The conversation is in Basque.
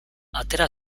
atera